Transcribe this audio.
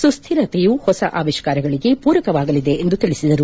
ಸುಸ್ಕಿರತೆಯು ಹೊಸ ಆವಿಶಾರಗಳಿಗೆ ಪೂರಕವಾಗಲಿದೆ ಎಂದು ತಿಳಿಸಿದರು